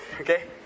Okay